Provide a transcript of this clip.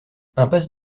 impasse